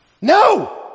no